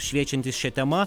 šviečiantis šia tema